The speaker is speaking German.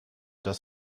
das